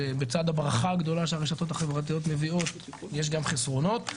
זה בצד הברכה הגדולה שהרשתות החברתיות מביאות יש גם חסרונות.